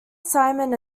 simon